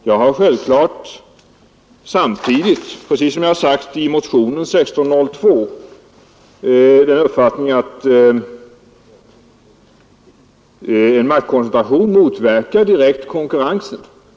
Jag har självklart samtidigt, precis som sägs i motionen 1602, den uppfattningen att en maktkoncentration kan direkt motverka konkurrensen.